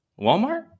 Walmart